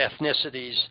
ethnicities